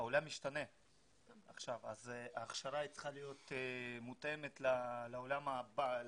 שהעולם משתנה וההכשרה צריכה להיות מותאמת לעולם העתידי.